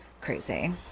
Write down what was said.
Crazy